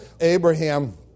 Abraham